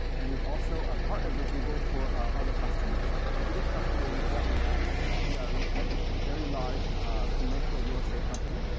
and we've also ah partnered with google for other customers. the biggest customer we've worked we've worked with is cbre. ah it's a very large commercial real estate company.